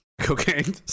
cocaine